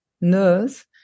nurse